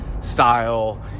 style